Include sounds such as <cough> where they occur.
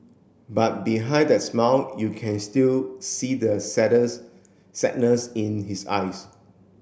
but behind that smile you can still see the <unintelligible> sadness in his eyes